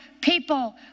people